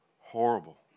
Horrible